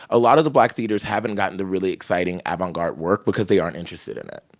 a lot of the black theaters haven't gotten the really exciting avant-garde work because they aren't interested in it,